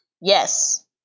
Yes